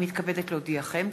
הנני מתכבדת להודיעכם,